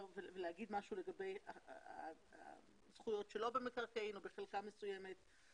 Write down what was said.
לגבי הזכויות שלו במקרקעין או בחלקה מסוימת,